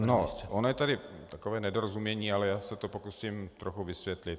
No ono je tady takové nedorozumění, ale já se to pokusím trochu vysvětlit.